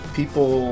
people